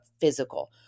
physical